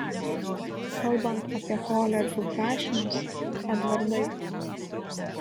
kalbant apie koledžų prašymus edvardai